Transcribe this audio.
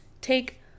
take